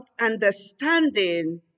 understanding